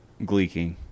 Gleeking